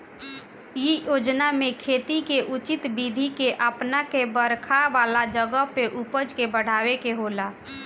इ योजना में खेती के उचित विधि के अपना के बरखा वाला जगह पे उपज के बढ़ावे के होला